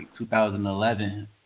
2011